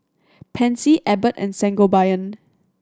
Pansy Abbott and Sangobion